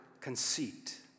conceit